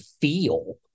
feel